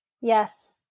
Yes